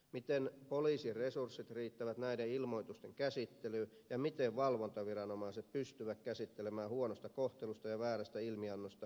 miten poliisin resurssit riittävät näiden ilmoitusten käsittelyyn ja miten valvontaviranomaiset pystyvät käsittelemään huonosta kohtelusta ja väärästä ilmiannosta aiheutuvat valitukset